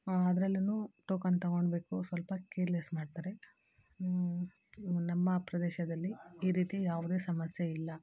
ಅದ್ರಲ್ಲು ಟೋಕನ್ ತೊಗೊಳ್ಬೇಕು ಸ್ವಲ್ಪ ಕೇರ್ಲೆಸ್ ಮಾಡ್ತಾರೆ ನಮ್ಮ ಪ್ರದೇಶದಲ್ಲಿ ಈ ರೀತಿ ಯಾವುದೇ ಸಮಸ್ಯೆ ಇಲ್ಲ